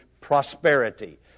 prosperity